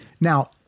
Now